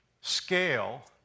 scale